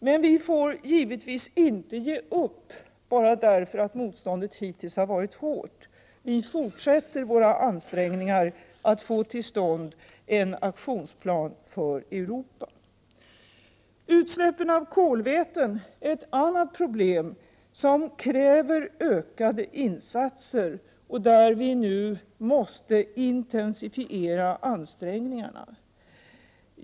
Men vi får givetvis inte ge upp bara därför att motståndet hittills varit hårt. Vi fortsätter våra ansträngningar att få till stånd en Aktionsplan Europa. Utsläppen av kolväten är ett annat problem som kräver ökade insatser. Vi bör intensifiera ansträngningarna på detta område.